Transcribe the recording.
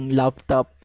laptop